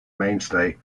mainstay